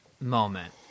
moment